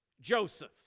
Joseph